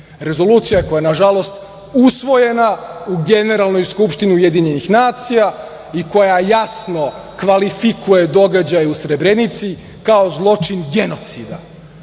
Rezolucija, koja je nažalost usvojena u Generalnoj skupštini UN i koja jasno kvalifikuje događaje u Srebrenici kao zločin genocida,